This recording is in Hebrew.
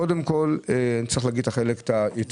קודם כל צריך לומר את החלק היותר טוב.